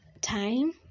time